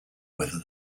whether